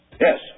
Yes